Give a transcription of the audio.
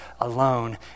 alone